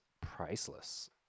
priceless